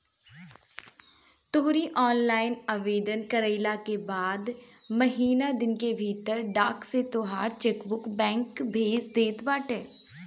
तोहरी ऑनलाइन आवेदन कईला के बाद महिना दिन के भीतर डाक से तोहार चेकबुक बैंक भेज देत बाटे